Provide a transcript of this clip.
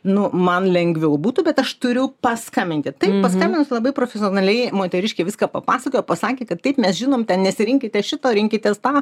nu man lengviau būtų bet aš turiu paskambinti taip paskambinus labai profesionaliai moteriškė viską papasakojo pasakė kad taip mes žinom ten nesirinkite šito rinkitės tą